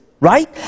Right